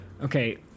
Okay